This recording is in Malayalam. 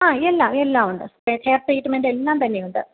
ആ എല്ലാം എല്ലാം ഉണ്ട് ഹെയർ കെയർ ട്രീറ്റ്മെൻറ്റ് എല്ലാം തന്നെയുണ്ട്